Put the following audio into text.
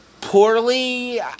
poorly